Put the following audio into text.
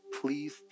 please